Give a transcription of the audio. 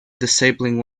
disabling